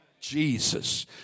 Jesus